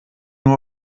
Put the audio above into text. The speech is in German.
nur